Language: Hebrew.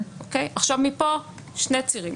מפה שני צירים